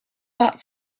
that